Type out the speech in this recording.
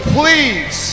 please